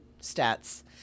stats